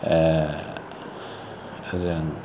ओजों